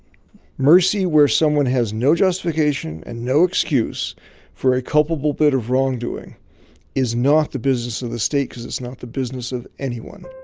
mercy, where someone has no justification and no excuse for a culpable bit of wrongdoing is not the business of the state because it's not the business of anyone